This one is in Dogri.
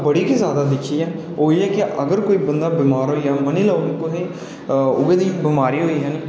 ओह् बड़ी गै जादा दिक्खी ऐ ओह् एह् कि अगर कोई बंदा बमार होई जा मन्नी लैओ तुसें गी उ'ऐ नेही बमारी होई